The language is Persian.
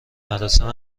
مراسم